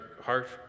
heart